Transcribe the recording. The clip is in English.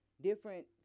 different